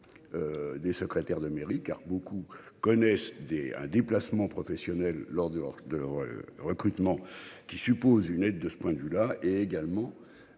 Des secrétaires de mairie car beaucoup connaissent des un déplacement professionnel lors de leur de leur recrutement, qui suppose une aide de ce point de vue là également